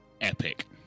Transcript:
epic